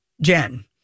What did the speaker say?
Jen